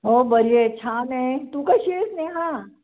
हो बरी आहे छान आहे तू कशी आहेस नेहा